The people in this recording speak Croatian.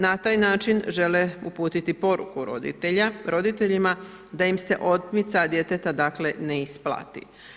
Na taj način žele uputiti poruku roditeljima da im se otmica djeteta dakle ne isplati.